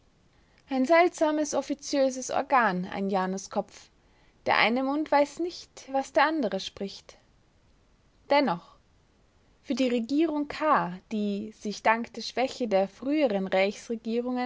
ein seltsames offiziöses organ ein januskopf der eine mund weiß nicht was der andere spricht dennoch für die regierung kahr die sich dank der schwäche der früheren